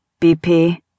BP